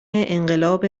انقلاب